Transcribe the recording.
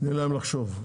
תני להם לחשוב.